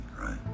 right